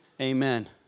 Amen